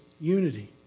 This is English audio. unity